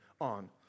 on